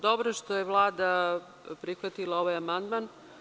Dobro je što je Vlada prihvatila ovaj amandman.